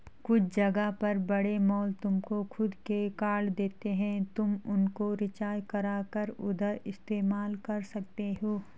कुछ जगह पर बड़े मॉल तुमको खुद के कार्ड देते हैं तुम उनको रिचार्ज करा कर उधर इस्तेमाल कर सकते हो